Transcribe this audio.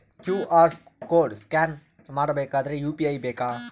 QR code scan ಮಾಡಬೇಕಾದರೆ UPI ಬೇಕಾ?